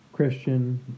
christian